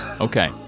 Okay